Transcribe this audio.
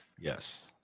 Yes